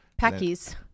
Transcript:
Packies